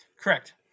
Correct